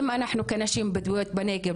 אם אנחנו כנשים בדואיות בנגב,